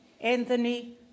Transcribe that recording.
Anthony